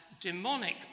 demonic